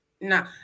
no